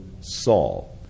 Saul